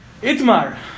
Itmar